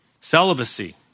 Celibacy